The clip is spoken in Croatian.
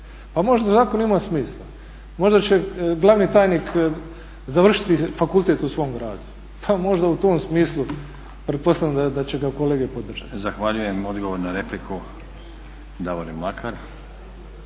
pa možda zakon ima smisla. Možda će glavni tajnik završiti fakultet u svom gradu, pa možda u tom smislu pretpostavljam da će ga kolege podržati. **Stazić, Nenad (SDP)** Zahvaljujem. Odgovor na repliku Davorin Mlakar.